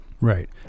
Right